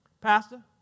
Pastor